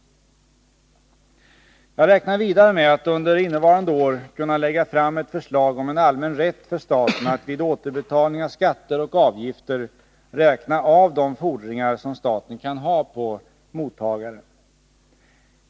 Jag räknar vidare med att under innevarande år kunna lägga fram ett förslag om en allmän rätt för staten att vid återbetalning av skatter och avgifter räkna av de fordringar som staten kan ha på mottagaren.